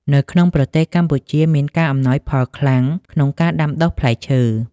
នៅក្នុងប្រទេសកម្ពុជាមានការ អំណោយផលខ្លាំង ក្នុងការដាំដុះផ្លែឈើ។